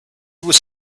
was